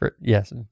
Yes